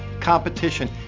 competition